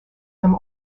from